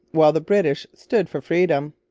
while the british stood for freedom.